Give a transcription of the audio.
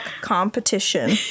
competition